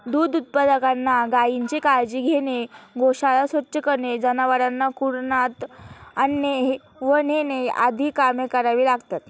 दूध उत्पादकांना गायीची काळजी घेणे, गोशाळा स्वच्छ करणे, जनावरांना कुरणात आणणे व नेणे आदी कामे करावी लागतात